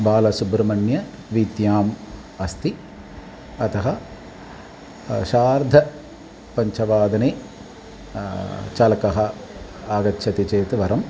बालसुब्रह्मण्य वीत्याम् अस्ति अतः सार्धपञ्चवादने चालकः आगच्छति चेत् वरम्